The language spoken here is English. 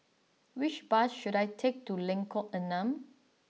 which bus should I take to Lengkok Enam